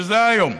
שזה היום,